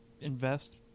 invest